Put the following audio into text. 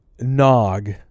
Nog